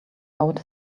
out